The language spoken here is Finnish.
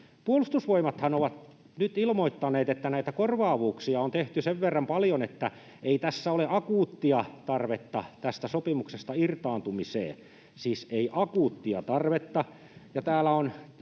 Puolustusvoimathan on nyt ilmoittanut, että näitä korvaavuuksia on tehty sen verran paljon, että ei tässä ole akuuttia tarvetta tästä sopimuksesta irtaantumiseen,